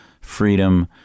freedom